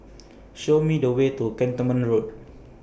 Show Me The Way to Cantonment Road